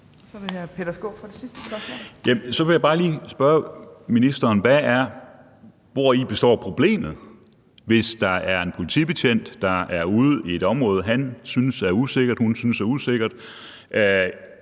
Så vil jeg bare lige spørge ministeren: Hvori består problemet, hvis en politibetjent, der er ude i et område, han eller hun synes er usikkert,